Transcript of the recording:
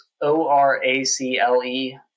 O-R-A-C-L-E